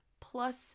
plus